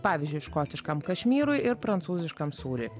pavyzdžiui škotiškam kašmyrui ir prancūziškam sūriui